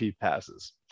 passes